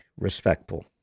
respectful